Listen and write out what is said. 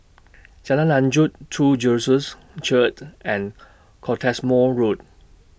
Jalan Lanjut True Jesus Church and Cottesmore Road